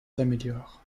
s’améliorent